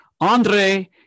Andre